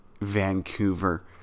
Vancouver